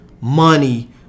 Money